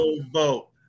vote